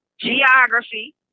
geography